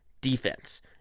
Defense